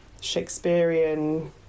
Shakespearean